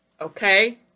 okay